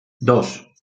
dos